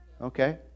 Okay